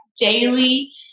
daily